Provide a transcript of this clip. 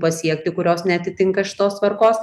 pasiekti kurios neatitinka šitos tvarkos